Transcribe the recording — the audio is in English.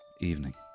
Evening